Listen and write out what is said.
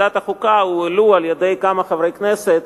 בוועדת החוקה הועלתה על-ידי כמה חברי כנסת,